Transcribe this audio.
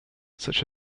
such